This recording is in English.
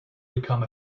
become